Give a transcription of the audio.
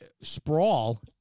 sprawl